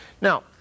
Now